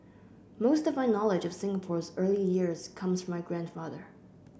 most of my knowledge of Singapore's early years comes from my grandfather